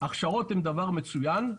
הכשרות הם דבר מצוין.